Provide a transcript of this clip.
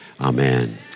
Amen